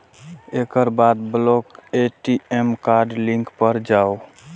एकर बाद block ATM card link पर जाउ